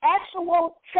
actual